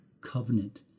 covenant